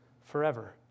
forever